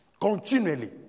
continually